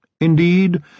Indeed